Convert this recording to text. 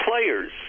players